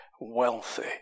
wealthy